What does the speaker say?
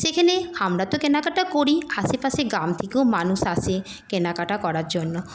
সেখানে আমরা তো কেনাকাটা করি আশেপাশে গ্রাম থেকেও মানুষ আসে কেনাকাটা করার জন্য